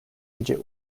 package